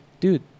Dude